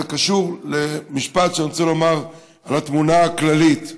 זה קשור למשפט שאני רוצה לומר על התמונה הכללית.